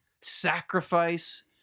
sacrifice